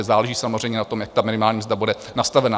Záleží samozřejmě na tom, jak ta minimální mzda bude nastavena.